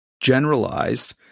generalized